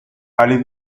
allez